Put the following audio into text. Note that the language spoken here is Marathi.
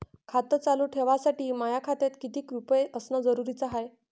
खातं चालू ठेवासाठी माया खात्यात कितीक रुपये असनं जरुरीच हाय?